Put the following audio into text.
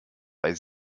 bei